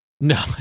No